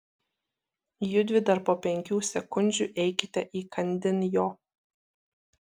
judvi dar po penkių sekundžių eikite įkandin jo